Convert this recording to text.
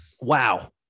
Wow